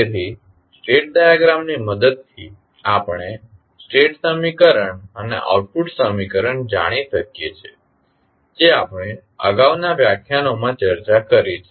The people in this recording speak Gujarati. તેથી સ્ટેટ ડાયાગ્રામની મદદથી આપણે સ્ટેટ સમીકરણ અને આઉટપુટ સમીકરણ જાણી શકીએ છીએ જે આપણે અગાઉના વ્યાખ્યાનોમાં ચર્ચા કરી છે